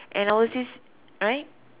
and or Cs right